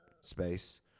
space